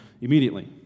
immediately